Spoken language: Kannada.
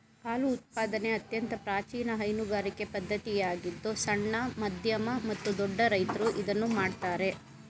ಹಾಲು ಉತ್ಪಾದನೆ ಅತ್ಯಂತ ಪ್ರಾಚೀನ ಹೈನುಗಾರಿಕೆ ಪದ್ಧತಿಯಾಗಿದ್ದು ಸಣ್ಣ, ಮಧ್ಯಮ ಮತ್ತು ದೊಡ್ಡ ರೈತ್ರು ಇದನ್ನು ಮಾಡ್ತರೆ